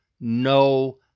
no